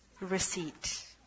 receipt